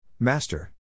Master